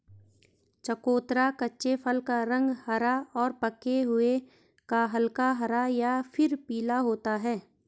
चकोतरा कच्चे फल का रंग हरा और पके हुए का हल्का हरा या फिर पीला होता है